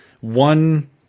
one